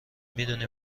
میدونی